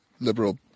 Liberal